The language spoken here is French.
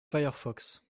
firefox